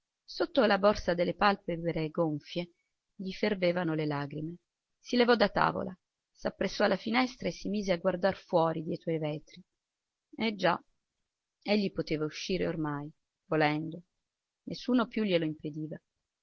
sotto la borsa delle palpebre gonfie gli fervevano le lagrime si levò da tavola s'appressò alla finestra e si mise a guardar fuori dietro ai vetri eh già egli poteva uscire ormai volendo nessuno più gliel'impediva